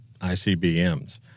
ICBMs